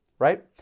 right